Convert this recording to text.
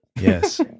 Yes